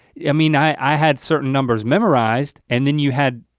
yeah mean, i had certain numbers memorized, and then you had,